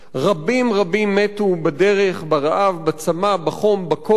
רבים רבים מתו בדרך, ברעב, בצמא, בחום, בקור,